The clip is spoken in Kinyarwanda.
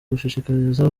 gushishikariza